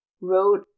wrote